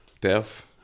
deaf